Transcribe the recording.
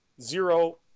zero